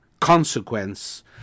consequence